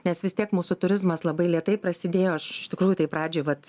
nes vis tiek mūsų turizmas labai lėtai prasidėjo aš iš tikrųjų tai pradžiai vat